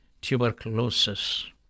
tuberculosis